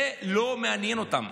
זה לא מעניין אותם,